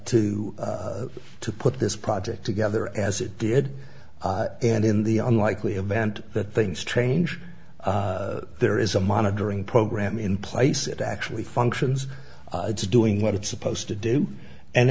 to to put this project together as it did and in the unlikely event that things strange there is a monitoring program in place it actually functions it's doing what it's supposed to do and